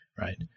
right